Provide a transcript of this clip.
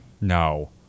no